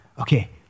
okay